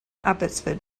abbotsford